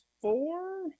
four